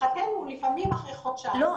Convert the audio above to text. לשמחתנו לפעמים אחרי חודשיים --- לא,